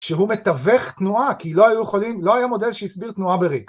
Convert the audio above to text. שהוא מתווך תנועה כי לא היה מודל שהסביר תנועה בריק.